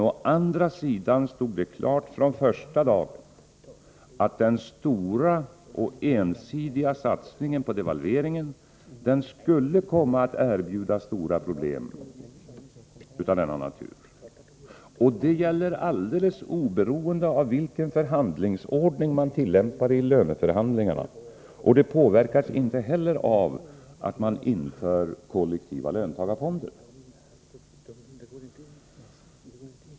Å andra sidan stod det från första dagen klart att den stora och ensidiga satsningen på devalveringen skulle komma att erbjuda stora problem av denna natur. Det gäller alldeles oberoende av vilken förhandlingsordning som tillämpas i löneförhandlingarna, och det påverkas inte heller av att man inför kollektiva löntagarfonder.